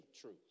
truth